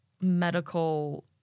medical